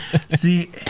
See